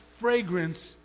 fragrance